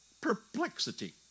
perplexity